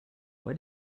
why